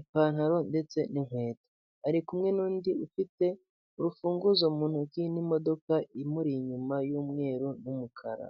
ipantaro ndetse n'inkweto ari kumwe n'undi ufite urufunguzo mu ntoki n'imodoka imuri inyuma y'umweru n'umukara.